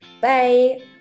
Bye